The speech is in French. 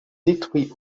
détruit